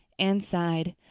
anne sighed.